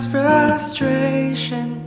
Frustration